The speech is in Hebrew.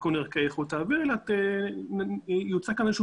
תיקון ערכי איכות האוויר אלא יוצע כאן איזשהו